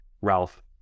Ralph